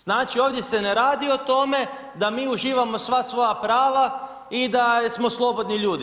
Znači ovdje se ne radi o tome da mi uživamo sva svoja prava i da smo slobodni ljudi.